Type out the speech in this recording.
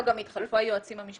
לא, גם התחלפו היועצים המשפטיים.